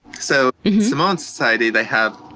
so, in samoan society they have